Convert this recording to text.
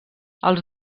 els